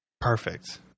Perfect